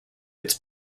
its